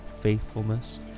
faithfulness